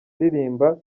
aririmba